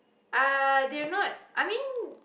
uh they're not I mean